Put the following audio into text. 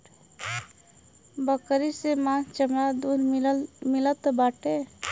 बकरी से मांस चमड़ा दूध मिलत बाटे